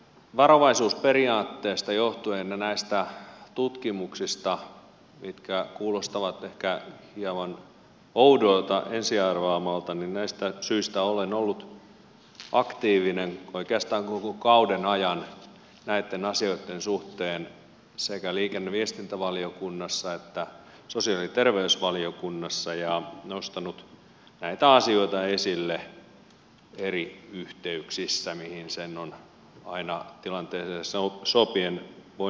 näistä varovaisuusperiaatteista ja näistä tutkimuksista johtuen mitkä kuulostavat ehkä hieman oudoilta ensiarvaamalta näistä syistä olen ollut aktiivinen oikeastaan koko kauden ajan näitten asioitten suhteen sekä liikenne ja viestintävaliokunnassa että sosiaali ja terveysvaliokunnassa ja nostanut näitä asioita esille eri yhteyksissä mihin sen on aina tilanteeseen sopien voinut lisätä